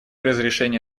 разрешение